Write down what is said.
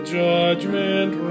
judgment